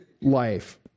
life